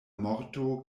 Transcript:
morto